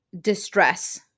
distress